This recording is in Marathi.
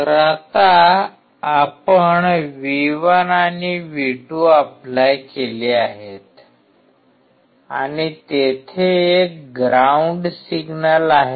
तर आता आपण V1 आणि V2 ऎप्लाय केले आहेत आणि तेथे एक ग्राउंड सिग्नल आहे